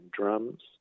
drums